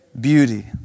beauty